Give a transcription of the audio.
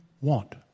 want